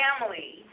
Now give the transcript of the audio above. family